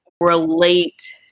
relate